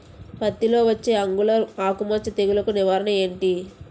పత్తి లో వచ్చే ఆంగులర్ ఆకు మచ్చ తెగులు కు నివారణ ఎంటి?